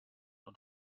und